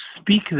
speak